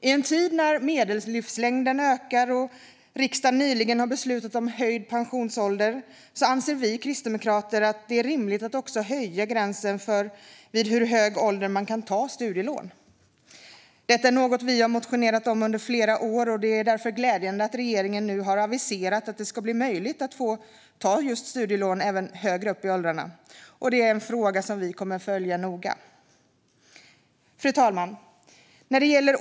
I en tid när medellivslängden ökar och riksdagen nyligen har beslutat om höjd pensionsålder anser vi kristdemokrater att det är rimligt att också höja gränsen för vid vilken ålder man kan få studielån. Detta har vi motionerat om under flera år, och det är därför glädjande att regeringen nu har aviserat att det ska bli möjligt att få studielån även högre upp i åldrarna. Vi kommer att följa frågan noga. Fru talman!